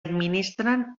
administren